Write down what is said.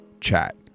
Chat